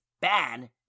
bad